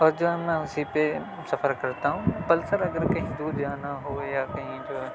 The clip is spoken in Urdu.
اور جو ہے میں اسی پہ سفر کرتا ہوں پلسر اگر کہیں دور جانا ہو یا کہیں جو ہے